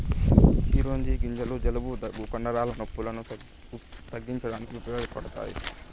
చిరోంజి గింజలు జలుబు, దగ్గు, కండరాల నొప్పులను తగ్గించడానికి ఉపయోగపడతాయి